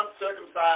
uncircumcised